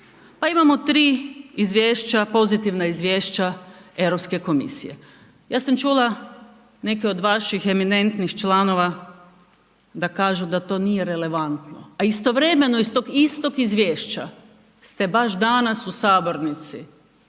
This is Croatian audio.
Pa imamo tri izvješća, pozitivna izvješća Europske komisije. Ja sam čula neke od vaših eminentnih članova da kažu da to nije relevantno, a istovremeno iz tog istog izvješća ste baš danas u sabornici